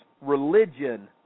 religion